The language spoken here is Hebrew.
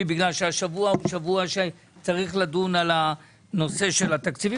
משום שהשבוע הוא שבוע בו צריך לדון על הנושא של התקציב,